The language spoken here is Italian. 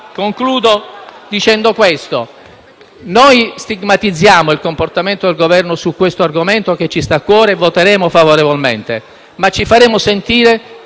Concludo dicendo che stigmatizziamo il comportamento del Governo su questo argomento che ci sta a cuore e voteremo favorevolmente, ma ci faremo sentire